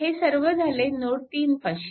हे सर्व झाले नोड 3 पाशी